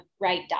right